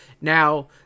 Now